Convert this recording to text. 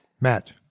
Matt